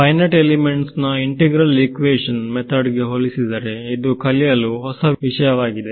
finite elements ನ integral equation method ಗೆ ಹೋಲಿಸಿದರೆ ಇದು ಕಲಿಯಲು ಹೊಸ ವಿಷಯವಾಗಿದೆ